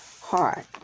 heart